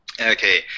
Okay